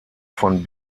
von